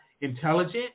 intelligent